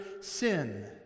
sin